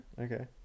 Okay